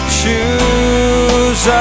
choose